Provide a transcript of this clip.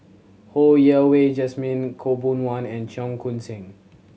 Ho Yen Wah Jesmine Khaw Boon Wan and Cheong Koon Seng